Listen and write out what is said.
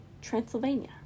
Transylvania